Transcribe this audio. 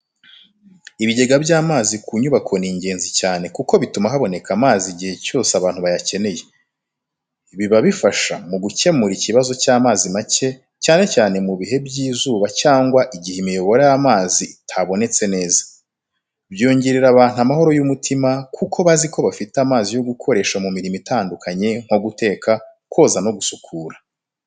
Ibigega by’amazi ku nyubako ni ingenzi cyane kuko bituma haboneka amazi igihe cyose abantu bayakeneye. Biba bifasha mu gukemura ikibazo cy’amazi make, cyane cyane mu bihe by’izuba cyangwa igihe imiyoboro y’amazi itabonetse neza. Byongerera abantu amahoro y’umutima kuko bazi ko bafite amazi yo gukoresha mu mirimo itandukanye nko guteka, koza, no gusukura.